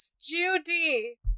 Judy